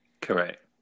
Correct